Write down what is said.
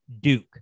duke